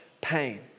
pain